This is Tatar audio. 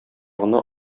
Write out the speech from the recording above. гына